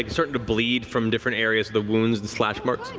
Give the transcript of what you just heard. he's starting to bleed from different areas of the wounds, the slash marks